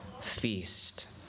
feast